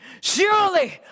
surely